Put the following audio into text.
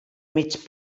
mig